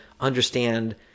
understand